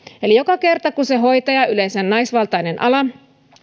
eli joka kerta kun se hoitaja yleensä naisvaltaisella alalla